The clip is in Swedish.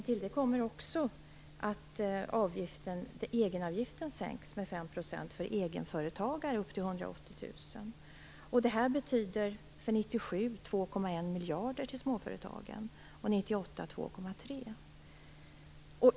Till det kommer att egenavgiften sänks med 5 % för egenföretagare upp till 180 000. Det betyder 2,1 miljarder för 1997 till småföretagen och 2,3 miljarder för 1998.